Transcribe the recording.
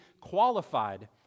qualified